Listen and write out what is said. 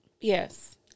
yes